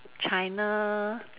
China